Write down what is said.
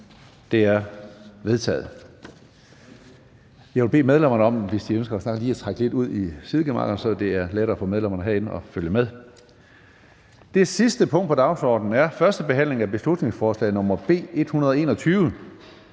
ønsker at snakke, vil jeg bede dem om lige at trække lidt ud i sidegemakkerne, så det er lettere for medlemmerne herinde at følge med. --- Det sidste punkt på dagsordenen er: 40) 1. behandling af beslutningsforslag nr. B 121: